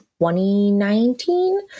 2019